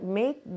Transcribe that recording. make